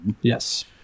Yes